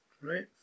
right